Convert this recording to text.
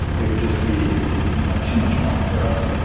it would just be you know too much money for us.